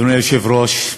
אדוני היושב-ראש,